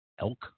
elk